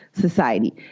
society